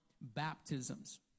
baptisms